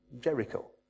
Jericho